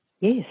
Yes